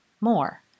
More